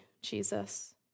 Jesus